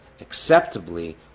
acceptably